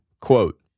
quote